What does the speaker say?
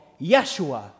Yeshua